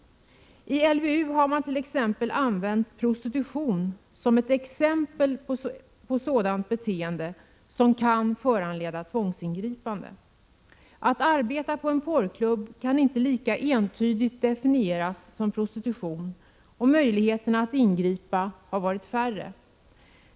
I LVU har man angivit prostitution som ett exempel på sådant beteende som kan föranleda tvångsingripande. Att arbeta på en porrklubb kan inte lika entydigt definieras som prostitution, och möjligheterna att ingripa har i de fallen varit färre.